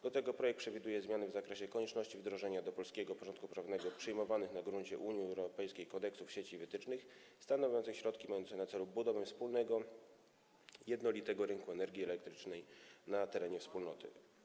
Do tego projekt przewiduje zmiany wynikające z konieczności wdrożenia do polskiego porządku prawnego przyjmowanych na gruncie Unii Europejskiej kodeksów sieci i wytycznych stanowiących środki mające na celu budowę wspólnego, jednolitego rynku energii elektrycznej na terenie Wspólnoty.